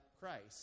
Christ